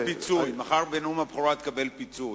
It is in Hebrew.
מחר בנאום הבכורה תקבל פיצוי.